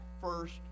first